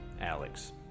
Alex